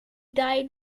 died